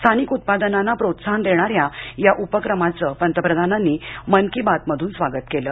स्थानिक उत्पादनांना प्रोत्साहन देणाऱ्या या उपक्रमाचं पंतप्रधानांनी मन की बात मधून स्वागत केलं